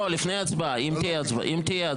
לא, לפני הצבעה, אם תהיה הצבעה.